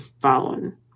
phone